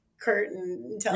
curtain